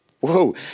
Whoa